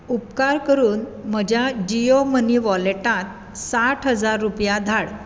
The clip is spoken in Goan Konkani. उपकार करून म्हज्या जियो मनी वॉलेटांत साठ हजार रुपया धाड